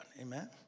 Amen